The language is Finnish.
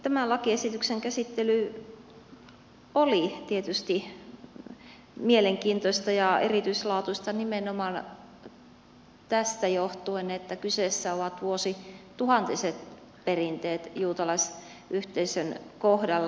tämän lakiesityksen käsittely oli tietysti mielenkiintoista ja erityislaatuista nimenomaan johtuen siitä että kyseessä ovat vuosituhantiset perinteet juutalaisyhteisön kohdalla